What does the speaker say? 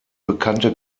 bekannte